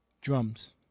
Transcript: drums